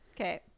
Okay